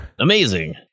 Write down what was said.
Amazing